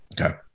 Okay